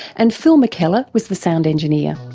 and phil mckellar was the sound engineer.